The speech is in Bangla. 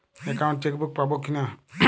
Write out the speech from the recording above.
একাউন্ট চেকবুক পাবো কি না?